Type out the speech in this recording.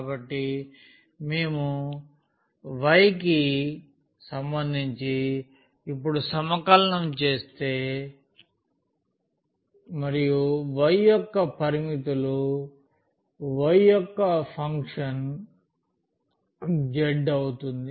కాబట్టి మేము y కి సంబంధించి ఇప్పుడు సమకలనం చేస్తే మరియు y యొక్క పరిమితులు y యొక్క ఫంక్షన్ z అవుతుంది